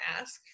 ask